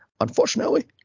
Unfortunately